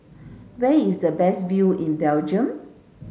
where is the best view in Belgium